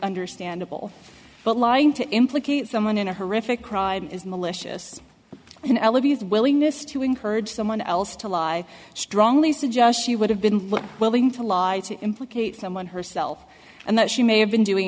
understandable but lying to implicate someone in a horrific crime is malicious and elevate his willingness to encourage someone else to lie strongly suggests she would have been willing to lie to implicate someone herself and that she may have been doing